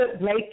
make